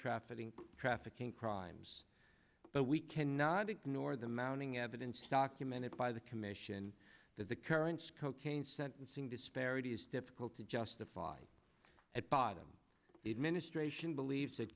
trafficking trafficking crimes but we cannot ignore the mounting evidence documented by the commission that the currents cocaine sentencing disparity is difficult to justify at bottom the administration believes that